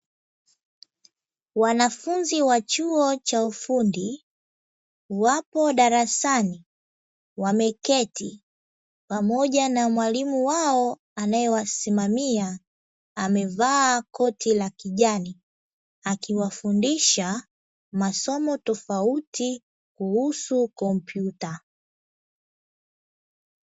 Wanafunzi wa chuo cha ufundi wapo darasani wameketi pamoja na mwalimu anayewasimamia amevaa koti la kijani, akiwafundisha masomo tofauti kuhusu kompyuta.